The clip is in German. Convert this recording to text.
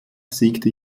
siegte